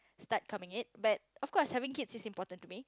start coming in but of course having kids is important to me